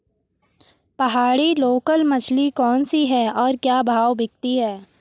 पहाड़ी लोकल मछली कौन सी है और क्या भाव बिकती है?